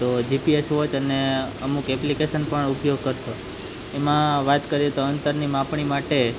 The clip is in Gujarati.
તો જીપીએસ વોચ અને અમુક એપ્લિકેશન પણ ઉપયોગ કરતો એમાં વાત કરીએ તો અંતરની માપણી માટે